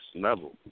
level